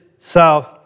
south